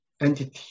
entity